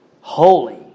holy